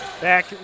Back